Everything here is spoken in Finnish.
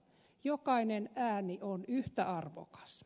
jokainen ääni on yhtä arvokas